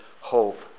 hope